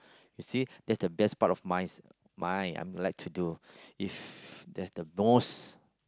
you see that's the best part of my mine I like to do if that's the most